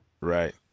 Right